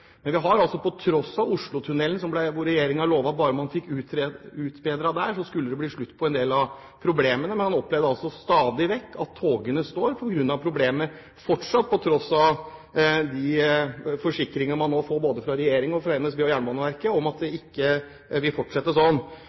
Men til tross for at regjeringen lovet at bare man fikk utbedret Oslotunnelen, skulle det bli slutt på en del av problemene, opplever en stadig vekk at togene står på grunn av problemer, på tross av de forsikringer man nå får både fra regjeringen, fra NSB og fra Jernbaneverket om at det ikke vil fortsette